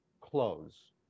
close